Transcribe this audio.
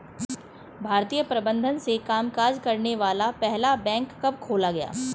भारतीय प्रबंधन से कामकाज करने वाला पहला बैंक कब खोला गया?